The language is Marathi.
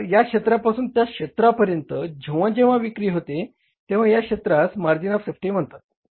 तर या क्षेत्रापासून त्या क्षेत्रापर्यंत जेंव्हा जेंव्हा विक्री होते तेंव्हा या क्षेत्रास मार्जिन ऑफ सेफ्टी म्हणतात